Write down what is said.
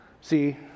See